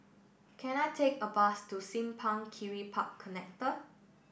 can I take a bus to Simpang Kiri Park Connector